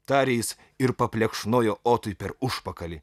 tarė jis ir paplekšnojo otui per užpakalį